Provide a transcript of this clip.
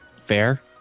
fair